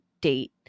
date